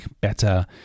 better